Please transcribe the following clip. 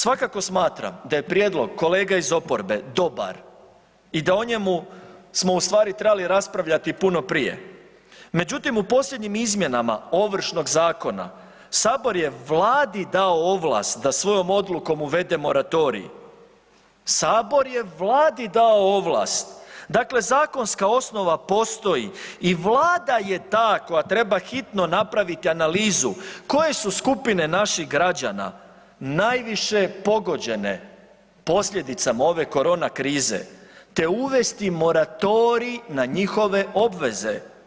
Svakako smatram da je prijedlog kolega iz oporbe dobar i da o njemu smo ustvari trebali raspravljati puno prije, međutim u posljednjim izmjenama Ovršnog zakona Sabor je Vladi dao ovlast da svojom odlukom uvede moratorij, Sabor je Vladi dao ovlast, dakle zakonska osnova postoji i Vlada je ta koja treba hitno napraviti analizu koje su skupine naših građana najviše pogođene posljedicama ove korona krize te uvesti moratorij na njihove obveze.